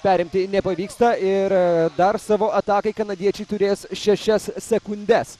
perimti nepavyksta ir dar savo atakai kanadiečiai turės šešias sekundes